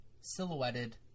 silhouetted